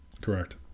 Correct